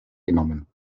genommen